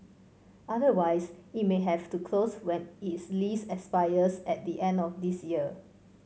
otherwise it may have to close when its lease expires at the end of this year